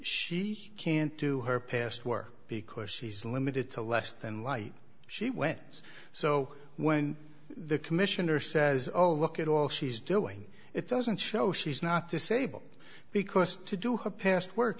she can't do her past work because she's limited to less than light she went so when the commissioner says oh look at all she's doing it doesn't show she's not disabled because to do her past work